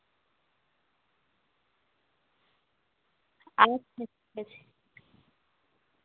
আচ্ছা ঠিক আছে